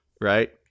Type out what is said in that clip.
Right